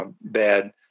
bad